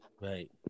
Right